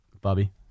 Bobby